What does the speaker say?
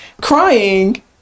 crying